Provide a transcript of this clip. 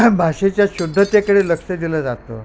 भाषेच्या शुद्धतेकडे लक्ष दिलं जातं